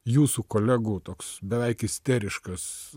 jūsų kolegų toks beveik isteriškas